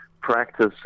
practice